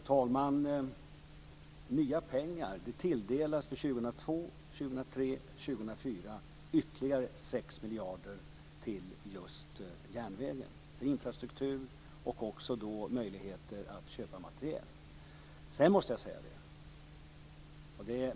Herr talman! När det gäller nya pengar så tilldelas för åren 2002, 2003 och 2004 ytterligare 6 miljarder kronor till just järnvägen för infrastruktur och för möjligheter att köpa materiel.